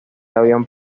avión